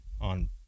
on